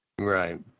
Right